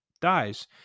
dies